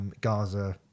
Gaza